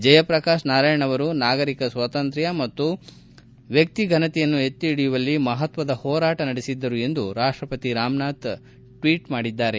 ಜಯಪ್ರಕಾಶ್ ನಾರಾಯಣ್ ಅವರು ನಾಗರಿಕ ಸ್ವಾತಂತ್ರ್ಯ ಮತ್ತು ಮಕ್ತಿ ಫನತೆಯನ್ನು ಎಕ್ತಿಹಿಡಿಯುವಲ್ಲಿ ಮಹತ್ವದ ಹೋರಾಟ ನಡೆಸಿದ್ದರು ಎಂದು ರಾಪ್ಪಪ್ರತಿ ರಾಮನಾಥ್ ಕೋವಿಂದ್ ಟ್ವೀಟ್ ಮಾಡಿದ್ದಾರೆ